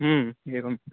एवं